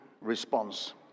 response